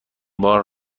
بار